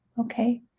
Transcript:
Okay